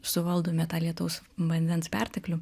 suvaldome tą lietaus vandens perteklių